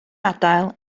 adael